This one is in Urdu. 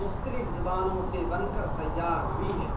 مختلف زبانوں سے بن کر تیار ہوئی ہے